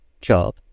job